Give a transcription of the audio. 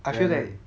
I feel that